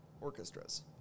Orchestras